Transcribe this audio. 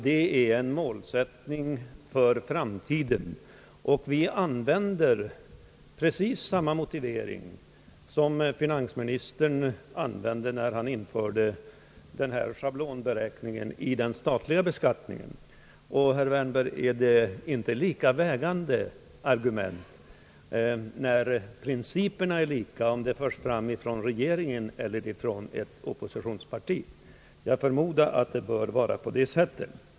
Det är en målsättning för framtiden och vi använder precis samma motivering som finansministern använde när han införde schablonberäkningen i den statliga beskattningen. Och, herr Wärnberg, är det inte ett lika bärande argument, när principerna är lika, om det förs fram av regeringen eller av oppositionspartierna? Jag utgår från att det bör vara på det sättet.